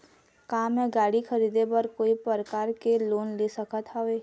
का मैं गाड़ी खरीदे बर कोई प्रकार के लोन ले सकत हावे?